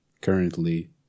currently